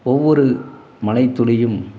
ஒவ்வொரு மழைத்துளியும்